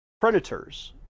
predators